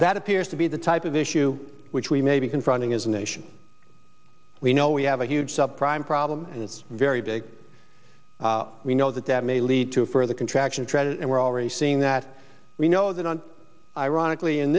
that appears to be the type of issue which we may be confronting as a nation we know we have a huge sub prime problem and it's a very big we know that that may lead to further contraction treaded and we're already seeing that we know that on ironically in